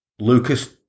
Lucas